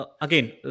again